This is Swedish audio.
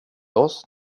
oss